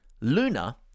Luna